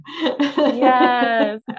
Yes